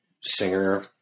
singer